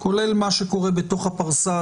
כולל מה שקורה בתוך ה"פרסה",